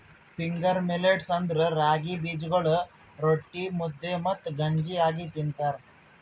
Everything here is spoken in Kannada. ಫಿಂಗರ್ ಮಿಲ್ಲೇಟ್ಸ್ ಅಂದುರ್ ರಾಗಿ ಬೀಜಗೊಳ್ ರೊಟ್ಟಿ, ಮುದ್ದೆ ಮತ್ತ ಗಂಜಿ ಆಗಿ ತಿಂತಾರ